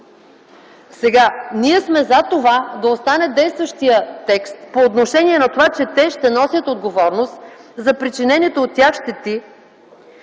това. Ние сме за това да остане действащият текст по отношение на това, че те ще носят отговорност за причинените от тях щети